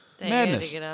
Madness